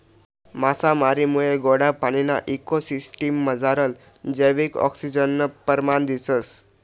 मासामारीमुये गोडा पाणीना इको सिसटिम मझारलं जैविक आक्सिजननं परमाण दिसंस